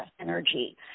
energy